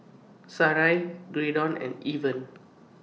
Sarai Graydon and Irven